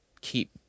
keep